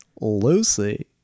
Lucy